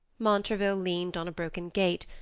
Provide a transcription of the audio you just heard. montraville leaned on a broken gate,